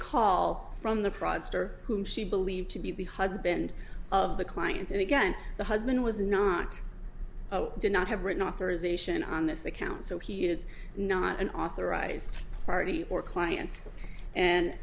call from the fraudster whom she believed to be the husband of the client and again the husband was not oh did not have written authorization on this account so he is not an authorized party or client and